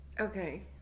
Okay